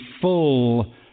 full